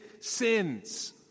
sins